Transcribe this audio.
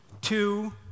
two